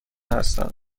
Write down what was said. هستم